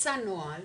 יצא נוהל,